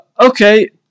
okay